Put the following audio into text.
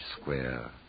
square